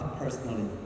personally